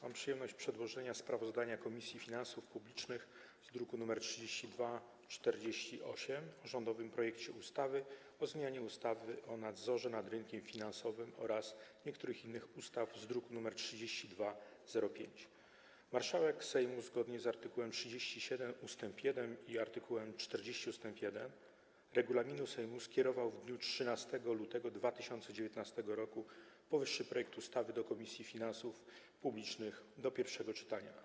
Mam przyjemność przedstawić sprawozdanie Komisji Finansów Publicznych z druku nr 3248 o rządowym projekcie ustawy o zmianie ustawy o nadzorze nad rynkiem finansowym oraz niektórych innych ustaw, druk nr 3205. Marszałek Sejmu, zgodnie z art. 37 ust. 1 i art. 40 ust. 1 regulaminu Sejmu, skierował w dniu 13 lutego 2019 r. powyższy projekt ustawy do Komisji Finansów Publicznych do pierwszego czytania.